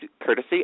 courtesy